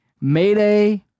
Mayday